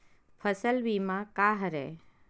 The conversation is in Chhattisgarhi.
फसल बीमा का हरय?